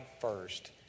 first